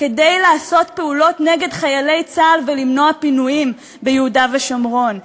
כדי לעשות פעולות נגד חיילי צה"ל ולמנוע פינויים ביהודה ושומרון.